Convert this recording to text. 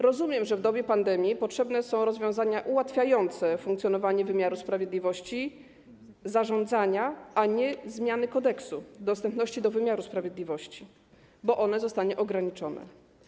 Rozumiem, że w dobie pandemii potrzebne są rozwiązania ułatwiające funkcjonowanie wymiaru sprawiedliwości, zarządzania, a nie zmiany kodeksu, dostępności wymiaru sprawiedliwości, bo ona zostanie ograniczone.